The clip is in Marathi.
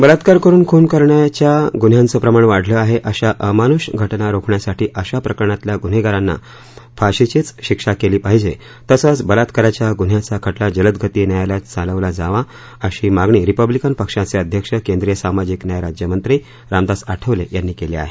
बलात्कार करून खून करण्याच्या गुन्ह्यांचं प्रमाण वाढले आहे अश्या अमानुष घटना रोखण्यासाठी अशा प्रकरणातल्या गुन्हेगारांना फाशीचीच शिक्षा केली पाहिजे तसंच बलात्काराच्या गुन्ह्याचा खटला जलदगती न्यायालयात चालवला जावा अशी मागणी रिपब्लिकन पक्षाचे अध्यक्ष केंद्रीय सामाजिक न्याय राज्यमंत्री रामदास आठवले यांनी केली आहे